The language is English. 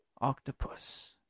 octopus